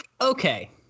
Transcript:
Okay